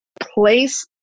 place